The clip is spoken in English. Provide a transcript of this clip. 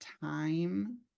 time